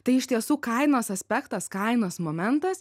tai iš tiesų kainos aspektas kainos momentas